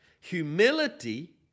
Humility